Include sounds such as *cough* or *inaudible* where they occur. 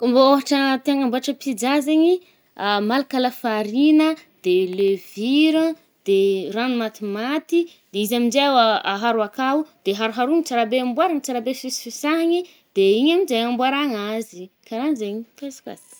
Kô mbô ôhatra ti agnambôtra pizza zaigny i, *hesitation* malaka lafarina, de leviro, de rano matimaty. De izy aminje oa-aharo akao de haroharogny tsara be, amboarigny tsara be fis-fisahagny. De igny aminje amboàragna azy i ,karanjegny. *unintelligible*